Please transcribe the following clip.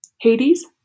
Hades